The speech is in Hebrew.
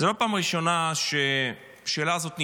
זו לא הפעם הראשונה שהשאלה הזאת נשאלת.